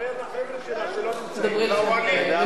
שתדבר לחבר'ה שלה שלא נמצאים פה, לאוהלים.